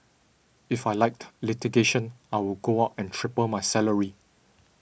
if I liked litigation I would go out and triple my salary